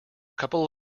couple